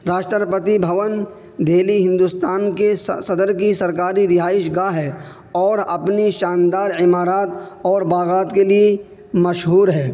راشٹرپتی بھون دہلی ہندوستان کے صدر کی سرکاری رہائش گاہ ہے اور اپنی شاندار عمارات اور باغات کے لیے مشہور ہے